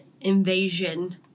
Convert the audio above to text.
invasion